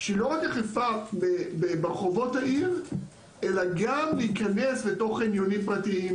שלא רק אכיפה ברחובות העיר אלא גם להיכנס לתוך חניונים פרטיים